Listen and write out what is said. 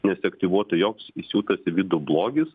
nesiaktyvuotų joks įsiūtas į vidų blogis